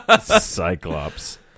Cyclops